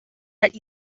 let